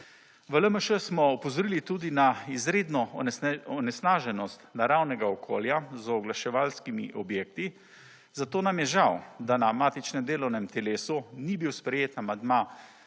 V LMŠ smo opozorili tudi na izredno onesnaženost naravnega okolja z oglaševalskimi objekti, zato nam je žal, da na matičnem delovnem telesu ni bil sprejet amandma